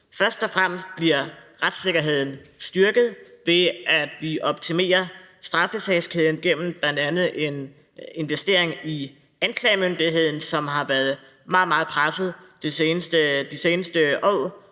Først og fremmest bliver retssikkerheden styrket ved, at vi optimerer straffesagskæden gennem bl.a. en investering i anklagemyndigheden, som har været meget, meget presset de seneste år,